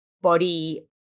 body